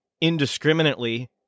indiscriminately